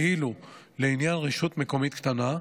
ואילו לעניין רשות מקומית קטנה,